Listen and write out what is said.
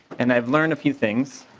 and i learned a few things.